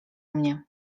mnie